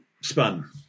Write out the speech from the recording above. spun